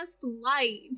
light